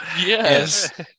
Yes